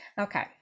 Okay